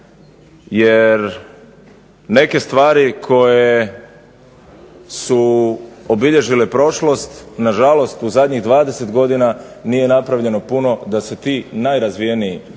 Jer neke stvari koje su obilježile prošlost na žalost u zadnjih 20 godina nije napravljeno puno da se ti najrazvijeniji